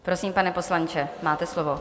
Prosím, pane poslanče, máte slovo.